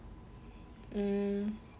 mm